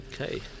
Okay